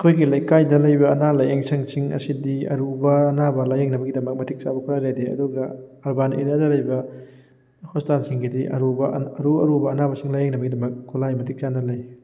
ꯑꯩꯈꯣꯏꯒꯤ ꯂꯩꯀꯥꯏꯗ ꯂꯩꯕ ꯑꯅꯥ ꯂꯥꯏꯌꯦꯡꯁꯡꯁꯤꯡ ꯑꯁꯤꯗꯤ ꯑꯔꯨꯕ ꯑꯅꯥꯕ ꯂꯥꯏꯌꯦꯡꯅꯕꯒꯤꯗꯃꯛ ꯃꯇꯤꯛ ꯆꯥꯕ ꯈꯨꯠꯂꯥꯏ ꯂꯩꯇꯦ ꯑꯗꯨꯒ ꯑꯔꯕꯥꯟ ꯑꯦꯔꯤꯌꯥꯗ ꯂꯩꯕ ꯍꯣꯁꯄꯤꯇꯥꯜꯁꯤꯡꯒꯤꯗꯤ ꯑꯔꯨꯕ ꯑꯔꯨ ꯑꯔꯨꯕ ꯑꯅꯥꯕꯁꯤꯡ ꯂꯥꯏꯌꯦꯡꯅꯕꯒꯤꯗꯃꯛ ꯈꯨꯠꯂꯥꯏ ꯃꯇꯤꯛ ꯆꯥꯅ ꯂꯩ